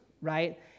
right